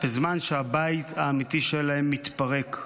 בזמן שהבית האמיתי שלהם מתפרק.